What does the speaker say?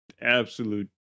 absolute